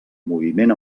moviment